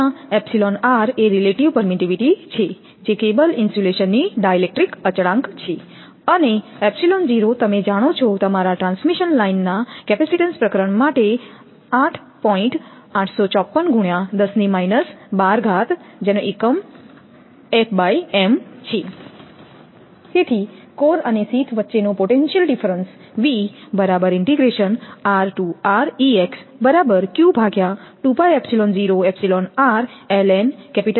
જ્યાં એ relative permittivity છે જે કેબલ ઇન્સ્યુલેશનની ડાઇલેક્ટ્રિક અચલ છે અને તમે જાણો છો તમારા ટ્રાન્સમિશન લાઇનના કેપેસિટીન્સ પ્રકરણ તેથી કોર અને શીથ વચ્ચે નો પોટેન્શિયલ ડીફરન્સ આ સમીકરણ 6 છે